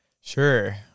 Sure